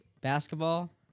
Basketball